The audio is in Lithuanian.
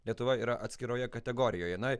lietuva yra atskiroje kategorijoj na